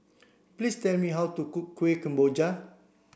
please tell me how to cook Kuih Kemboja